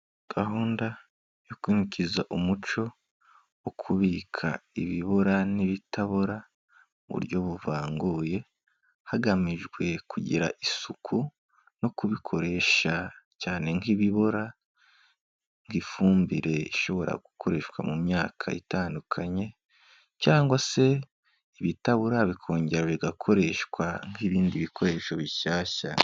Gahunda yo kwimakiza umuco wo kubika ibibura n'ibitabora mu buryo buvanguye, hagamijwe kugira isuku no kubikoresha cyane nk'ibibora by'ifumbire ishobora gukoreshwa mu myaka itandukanye cyangwa se ibitabora bikongera bigakoreshwa nk'ibindi bikoresho bishyashya.